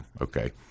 okay